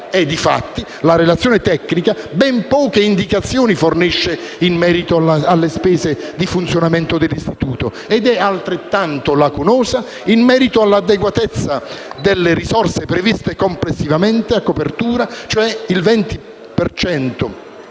la relazione tecnica ben poche indicazioni fornisce in merito alle spese di funzionamento dell'istituto ed è altrettanto lacunosa in merito all'adeguatezza delle risorse previste complessivamente a copertura, cioè il 20